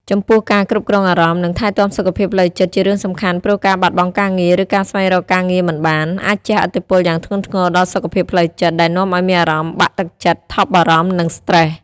ចំពោះការគ្រប់គ្រងអារម្មណ៍ និងថែទាំសុខភាពផ្លូវចិត្តជារឿងសំខាន់ព្រោះការបាត់បង់ការងារ ឬការស្វែងរកការងារមិនបាន អាចជះឥទ្ធិពលយ៉ាងធ្ងន់ធ្ងរដល់សុខភាពផ្លូវចិត្ត ដែលនាំឱ្យមានអារម្មណ៍បាក់ទឹកចិត្ត ថប់បារម្ភ និងស្ត្រេស។